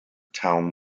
town